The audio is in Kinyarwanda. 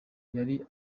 yari